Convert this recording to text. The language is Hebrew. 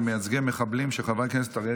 עברה בקריאה